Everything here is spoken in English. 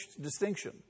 distinction